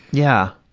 yeah.